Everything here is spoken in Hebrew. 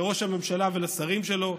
לראש הממשלה ולשרים שלו,